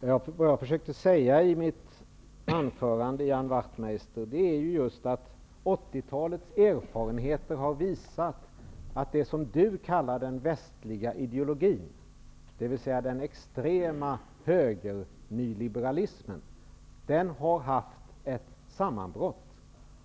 Fru talman! Jag försökte i mitt anförande säga, Ian Wachtmeister, att 80-talets erfarenheter har visat att det som Ian Wachtmeister kallar den västliga ideologin, dvs. den extrema högernyliberalismen, har haft ett sammanbrott